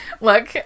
look